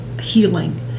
healing